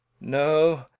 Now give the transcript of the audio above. No